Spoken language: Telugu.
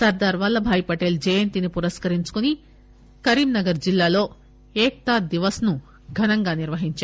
సర్దార్ వల్లభాయ్ పటేల్ జయంతిని పురస్కరించుకుని కరీంనగర్ జిల్లాలో ఏక్తా దివస్ ను ఘనంగా నిర్వహించారు